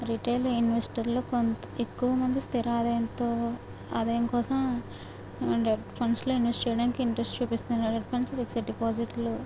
retail ఇన్వెస్టర్లు కొంత ఎక్కువమంది స్థిర ఆదాయంతో ఆదాయం కోసం అండ్ ఫండ్స్ లో ఇన్వెస్ట్ చేయడానికి ఇంట్రెస్ట్ చూపిస్తున్నారు ఫండ్స్ ఫిక్స్డ్ డిపాజిట్లు